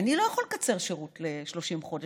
אני לא יכול לקצר שירות ל-30 חודש,